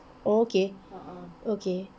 oh okay okay